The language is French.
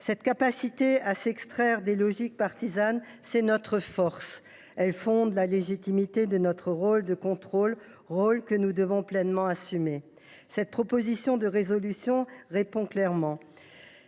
Cette capacité à nous extraire des logiques partisanes constitue notre force. Elle fonde la légitimité de notre rôle de contrôle, un rôle que nous devons pleinement assumer. Cette proposition de résolution répond clairement